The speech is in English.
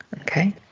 Okay